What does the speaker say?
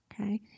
okay